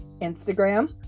Instagram